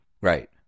right